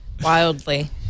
Wildly